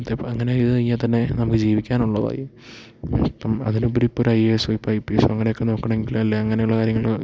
അങ്ങനെത്തെ അങ്ങനെ ചെയ്ത് കഴിഞ്ഞാൽത്തന്നെ നമുക്ക് ജീവിക്കാനുള്ളതായി അപ്പം അതിലുപരി ഇപ്പോൾ ഒരു ഐ എ എസ്സോ ഇപ്പോൾ ഐ പി എസോ അങ്ങനെയൊക്കെ നോക്കണെങ്കിൽ അല്ലേ അങ്ങനെയുള്ള കാര്യങ്ങൾ ഇപ്പം